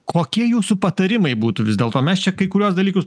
kokie jūsų patarimai būtų vis dėlto mes čia kai kuriuos dalykus